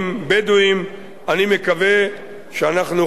אני מקווה שאנחנו נוכל בזמן הקרוב,